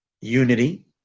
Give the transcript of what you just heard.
Unity